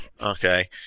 okay